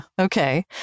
Okay